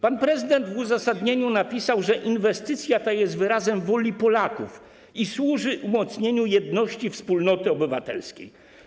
Pan prezydent w uzasadnieniu napisał, że inwestycja ta jest wyrazem woli Polaków i służy umocnieniu jedności wspólnoty obywatelskiej.